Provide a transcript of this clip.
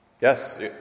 Yes